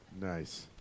Nice